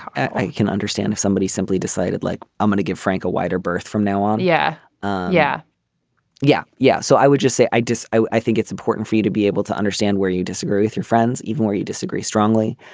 i can understand if somebody simply decided like i'm going to give frank a wider berth from now on. yeah yeah yeah yeah so i would just say i just i i think it's important for you to be able to understand where you disagree with your friends even where you disagree strongly.